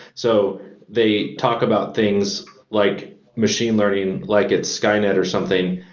so they talk about things like machine learning, like it's skynet or something,